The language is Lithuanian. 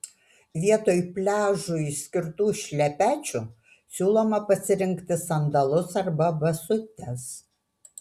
vietoj pliažui skirtų šlepečių siūloma pasirinkti sandalus arba basutes